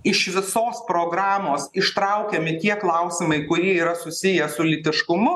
iš visos programos ištraukiami tie klausimai kurie yra susiję su lytiškumu